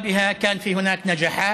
ולא החוק היחיד.